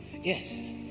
Yes